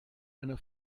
eine